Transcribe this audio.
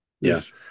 Yes